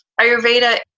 Ayurveda